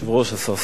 השר סער,